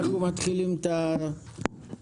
אנחנו פותחים את הישיבה.